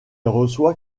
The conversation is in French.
reçoit